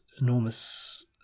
enormous